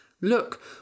Look